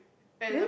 and the